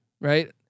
right